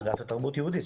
האגף לתרבות יהודית.